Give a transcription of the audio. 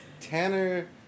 Tanner